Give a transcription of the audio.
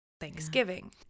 Thanksgiving